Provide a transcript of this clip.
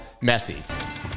Messi